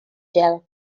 gel